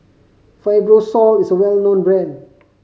Fibrosol is well known brand